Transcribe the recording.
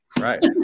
Right